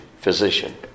Physician